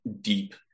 deep